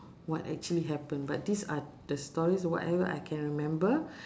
what actually happen but these are the stories whatever I can remember